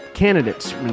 Candidates